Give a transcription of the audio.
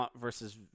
versus